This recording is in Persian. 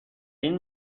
این